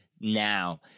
now